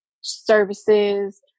services